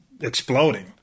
exploding